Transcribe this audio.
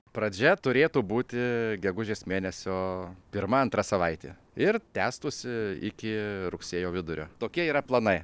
pradžia turėtų būti gegužės mėnesio pirma antra savaitė ir tęstųsi iki rugsėjo vidurio tokie yra planai